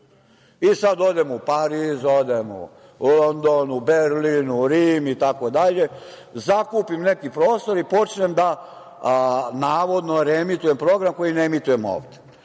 I sada odem u Pariz, odem u London, u Berlin, u Rim, itd, zakupim neki prostor i počnem, navodno, da reemitujem program koji ne emitujem ovde